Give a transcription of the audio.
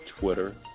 Twitter